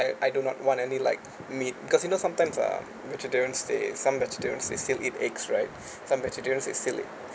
I do not want any like meat because you know sometimes ah vegetarian they some vegetarian they still eat eggs right some vegetarian they still eat